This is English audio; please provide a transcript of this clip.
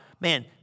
man